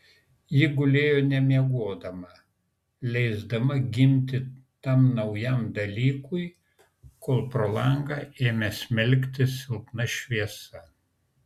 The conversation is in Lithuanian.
ji gulėjo nemiegodama leisdama gimti tam naujam dalykui kol pro langą ėmė smelktis silpna šviesa